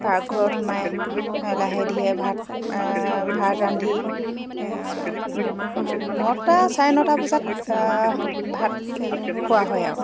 পাকঘৰত সোমাই লাহে ধীৰে ভাত ভাত ৰান্ধি নটা চাৰে নটা বজাত ভাত খোৱা হয় আৰু